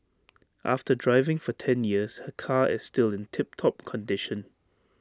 after driving for ten years her car is still in tip top condition